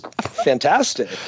fantastic